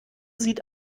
sieht